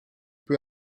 peu